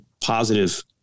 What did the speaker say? positive